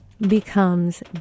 becomes